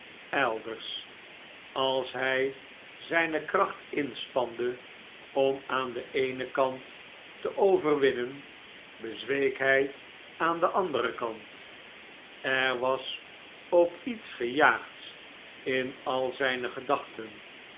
elders als hjj zijne kracht inspande om aan den eenen kant te overwinnen bezweek hg aan den anderen kant er was ook iets gejaagds in al zijne gedachten